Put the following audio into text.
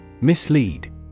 Mislead